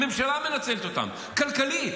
הממשלה מנצלת אותם כלכלית.